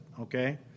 okay